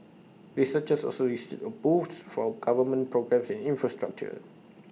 researchers also received A boost from government programmes infrastructure